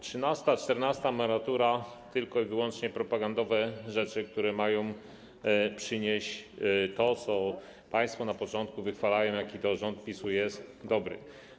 Trzynasta, czternasta emerytura to tylko i wyłącznie propagandowe rzeczy, które mają przynieść to, co państwo na początku wychwalają, pokazać, jaki to rząd PiS-u jest dobry.